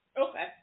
Okay